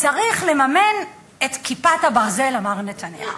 צריך לממן את "כיפת ברזל", אמר נתניהו.